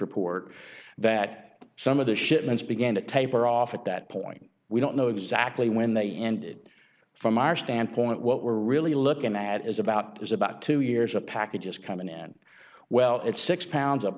report that some of the shipments began to taper off at that point we don't know exactly when they ended from our standpoint what we're really looking at is about is about two years of packages come in and well it's six pounds